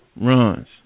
runs